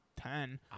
ten